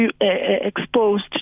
exposed